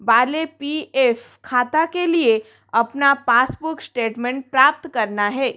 वाले P F खाते के लिए अपना पासबुक स्टेटमेंट प्राप्त करना है